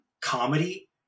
comedy